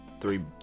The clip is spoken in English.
three